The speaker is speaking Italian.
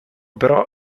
però